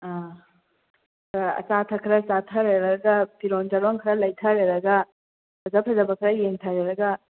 ꯑꯥ ꯈꯔ ꯑꯆꯥ ꯑꯊꯛ ꯈꯔ ꯆꯥꯊꯔꯦꯔꯒ ꯐꯤꯔꯣꯟ ꯆꯥꯔꯣꯟ ꯈꯔ ꯂꯩꯊꯔꯦꯔꯒ ꯐꯖ ꯐꯖꯕ ꯈꯔ ꯌꯦꯡꯊꯔꯨꯔꯒ